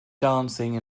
dancing